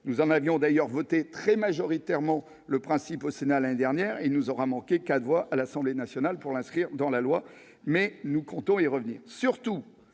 Nous en avions d'ailleurs voté très majoritairement le principe au Sénat, l'année dernière ; il ne nous aura manqué que quatre voix à l'Assemblée nationale pour l'inscrire dans la loi. Mais nous comptons y revenir